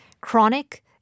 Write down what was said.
chronic